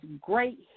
great